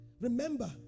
Remember